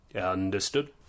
Understood